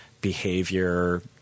behavior